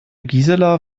gisela